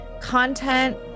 content